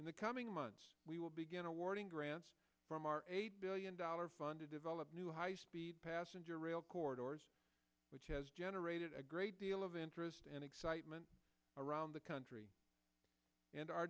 in the coming months we will begin awarding grants from our eight billion dollar fund to develop new high speed passenger rail corridors which has generated a great deal of interest and excitement around the country and our